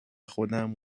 خودم